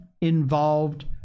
involved